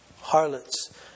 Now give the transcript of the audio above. harlots